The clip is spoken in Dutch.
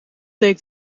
leek